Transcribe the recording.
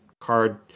card